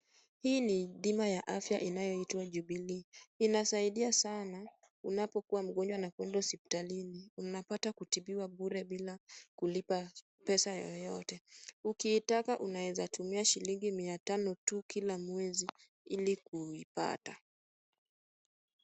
Hii ni bima ya afya inayoitwa Jubilee. Inasaidia sana unapokuwa mgonjwa na kuenda hospitalini unapata kutumia bure bila kulipa pesa yoyote. Ukitaka unaeza tumia shilingi mia tano tu kila mwezi ili kuipata.